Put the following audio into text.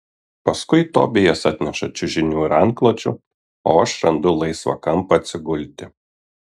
paskui tobijas atneša čiužinių ir antklodžių o aš randu laisvą kampą atsigulti